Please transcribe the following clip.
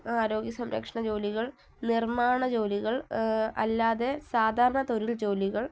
ആരോഗ്യ സംരക്ഷണ ജോലികൾ നിർമ്മാണ ജോലികൾ അല്ലാതെ സാധാരണ തൊഴിൽ ജോലികൾ